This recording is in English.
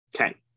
Okay